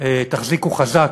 תחזיקו חזק,